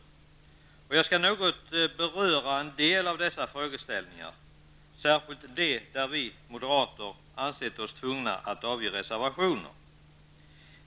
Jag skall något beröra en del av dessa frågeställningar, särskilt dem där vi moderater har ansett oss tvungna att avge reservationer.